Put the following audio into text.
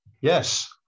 Yes